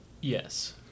Yes